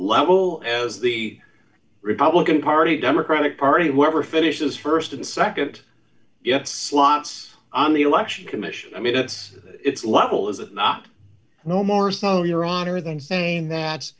level as the republican party democratic party whoever finishes st and nd yes slots on the election commission i mean that's it's level is it not no more snow your honor than saying that